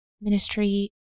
ministry